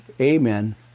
amen